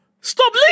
stop